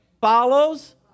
follows